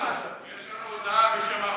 יש לנו הודעה בשם האופוזיציה.